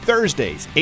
Thursdays